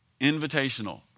invitational